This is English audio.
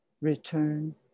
return